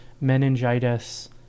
meningitis